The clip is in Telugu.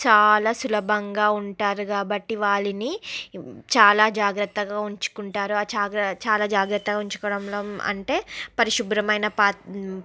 చాలా సులభంగా ఉంటారు కాబట్టి వాళ్ళని చాలా జాగ్రత్తగా ఉంచుకుంటారు జాగ్ర చాలా జాగ్రత్తగా ఉంచుకోవడంలో అంటే పరిశుభ్రమైన పాత్